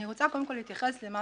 אני רוצה קודם כל להתייחס למה